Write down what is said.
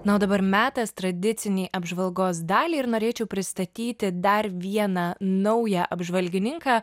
na o dabar metas tradicinei apžvalgos daliai ir norėčiau pristatyti dar vieną naują apžvalgininką